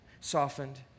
softened